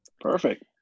Perfect